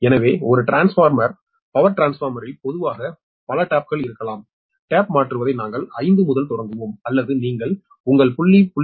எனவே ஒரு transformer power டிரான்ஸ்பார்மரில் பொதுவாக பல டேப்கள் இருக்கலாம் டேப் மாற்றுவதை நாங்கள் 5 முதல் தொடங்குவோம் அல்லது நீங்கள் உங்கள் புள்ளி 0